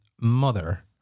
mother